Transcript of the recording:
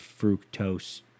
fructose